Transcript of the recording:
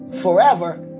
forever